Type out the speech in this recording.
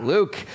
Luke